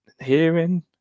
hearing